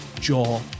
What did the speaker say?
jaw